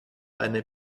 eine